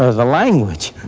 ah the language,